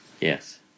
Yes